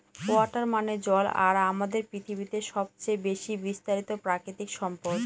water মানে জল আর আমাদের পৃথিবীতে সবচেয়ে বেশি বিস্তারিত প্রাকৃতিক সম্পদ